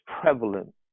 prevalent